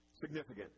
significant